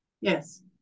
yes